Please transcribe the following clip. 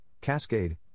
Cascade